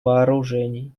вооружений